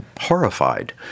horrified